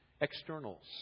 externals